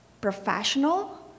professional